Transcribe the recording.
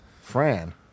Fran